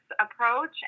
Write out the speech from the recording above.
approach